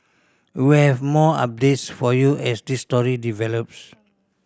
we have more updates for you as this story develops